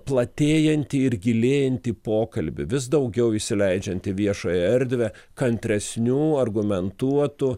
platėjantį ir gilėjantį pokalbį vis daugiau įsileidžiant į viešąją erdvę kantresnių argumentuotų